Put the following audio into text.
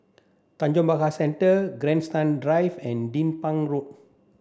Tanjong Pagar Centre Grandstand Drive and Din Pang Road